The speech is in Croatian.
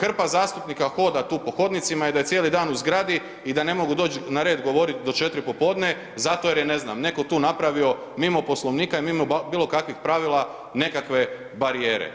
hrpa zastupnika hoda tu po hodnicima i da je cijeli dan u zgradi i da ne mogu doć na red govorit do 4 popodne zato jer je ne znam, neko tu napravio mimo Poslovnika i mimo bilo kakvih pravila nekakve barijere.